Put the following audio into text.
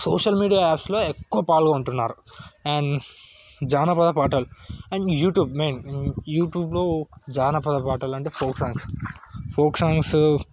social media యాప్స్లో ఎక్కువ పాల్గొంటున్నారు అండ్ జానపద పాటలు అండ్ యూట్యూబ్ మెయిన్ యూట్యూబ్లో జానపద పాటలంటే ఫోక్ సాంగ్స్ ఫోక్ సాంగ్స్